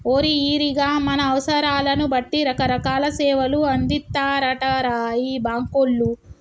ఓరి ఈరిగా మన అవసరాలను బట్టి రకరకాల సేవలు అందిత్తారటరా ఈ బాంకోళ్లు